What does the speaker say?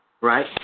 right